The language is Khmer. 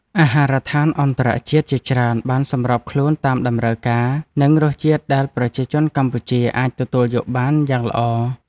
អាហារដ្ឋានអន្តរជាតិជាច្រើនបានសម្របខ្លួនតាមតម្រូវការ និងរសជាតិដែលប្រជាជនកម្ពុជាអាចទទួលយកបានយ៉ាងល្អ។